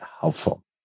helpful